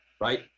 right